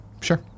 sure